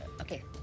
okay